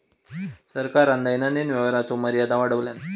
सरकारान दैनंदिन व्यवहाराचो मर्यादा वाढवल्यान